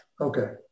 okay